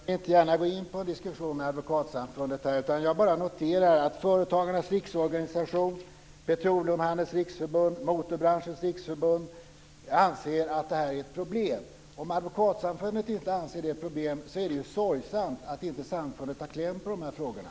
Fru talman! Jag vill inte gärna gå in på en diskussion om Advokatsamfundet. Jag bara noterar att Företagarnas Riksorganisation, Petroleumhandelns Riksförbund och Motorbranschens Riksförbund anser att det här är ett problem. Om Advokatsamfundet inte anser att det är ett problem är det ju sorgesamt att inte samfundet har kläm på de här frågorna.